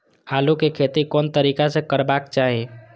आलु के खेती कोन तरीका से करबाक चाही?